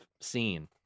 seen